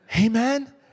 Amen